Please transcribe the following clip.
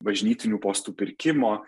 bažnytinių postų pirkimo